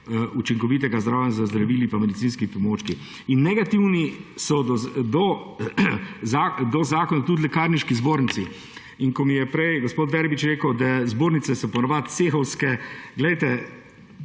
učinkovitega zdravljenja z zdravili in medicinskimi pripomočki. In negativni so do zakona tudi v Lekarniški zbornici. In ko mi je prej gospod Verbič rekel, da so zbornice po navadi cehovske, glejte,